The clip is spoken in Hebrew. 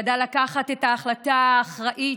ידע לקבל את ההחלטה האחראית,